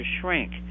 shrink